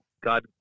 God